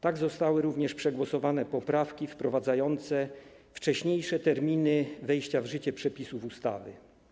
Tak zostały również przegłosowane poprawki wprowadzające wcześniejsze terminy wejścia w życie przepisów ustawy.